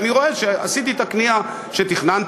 ואני רואה שעשיתי את הקנייה שתכננתי,